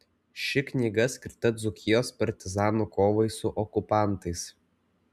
ši knyga skirta dzūkijos partizanų kovai su okupantais